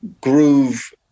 groove